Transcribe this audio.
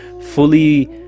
fully